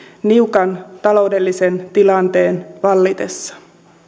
niukan taloudellisen tilanteen vallitessa